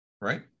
right